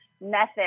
Method